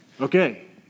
Okay